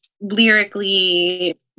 lyrically